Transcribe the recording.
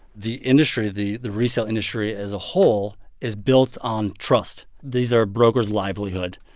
the industry the the resale industry as a whole is built on trust. these are brokers' livelihood.